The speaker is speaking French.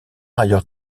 ailleurs